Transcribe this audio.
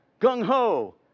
gung-ho